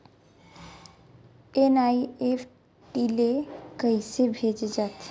NEFT ले कइसे भेजे जाथे?